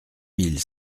mille